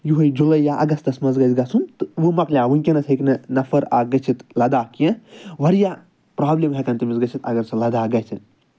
یِہوٚے جُلَے یا اَگستَس منٛز گژھِ گژھُن تہٕ وۄنۍ مَکلیو وٕنۍکٮ۪نَس ہیٚکہِ نہٕ نَفر اکھ گٔژھِتھ لداخ کیٚنہہ واریاہ برٛابلِم ہٮ۪کَن تٔمِس گٔژھِتھ اَگر سُہ لَداخ گژھِ